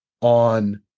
on